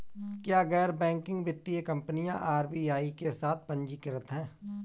क्या गैर बैंकिंग वित्तीय कंपनियां आर.बी.आई के साथ पंजीकृत हैं?